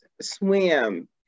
swim